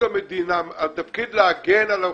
התפקיד להגן על האוכלוסייה.